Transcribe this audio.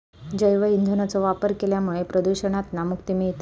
जैव ईंधनाचो वापर केल्यामुळा प्रदुषणातना मुक्ती मिळता